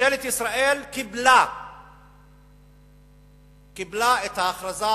ממשלת ישראל קיבלה את ההכרזה,